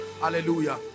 hallelujah